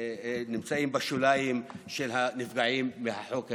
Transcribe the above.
שנמצאים בשוליים של הנפגעים מהחוק הזה.